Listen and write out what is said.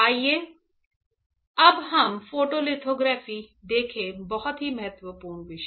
आइए अब हम फोटोलिथोग्राफी देखें बहुत ही महत्वपूर्ण विषय